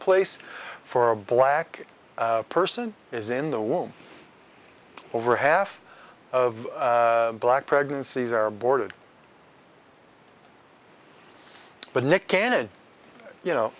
place for a black person is in the womb over half of black pregnancies are boarded but nick cannon you know